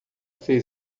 fez